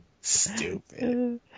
Stupid